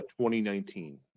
2019